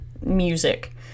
music